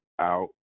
out